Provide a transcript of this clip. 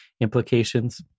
implications